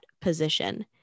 position